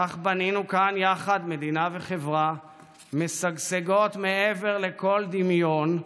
כך בנינו כאן יחד מדינה וחברה משגשגות מעבר לכל דמיון,